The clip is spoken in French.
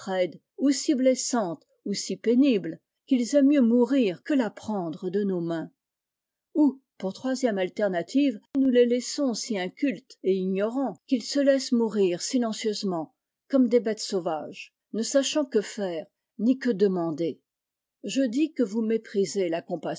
si blessante ou si pénible qu'ils aiment mieux mourir que la prendre de nos mains ou pour troisième alternative nous les laissons si incultes et ignorants qu'ils se laissent mourir silencieusement comme des bêtes sauvages ne sachant que faire ni que demander je dis que vous méprisez la